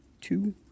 two